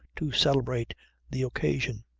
to celebrate the occasion.